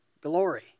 Glory